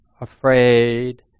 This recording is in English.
afraid